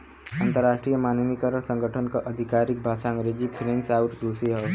अंतर्राष्ट्रीय मानकीकरण संगठन क आधिकारिक भाषा अंग्रेजी फ्रेंच आउर रुसी हौ